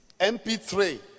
MP3